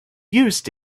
used